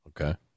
Okay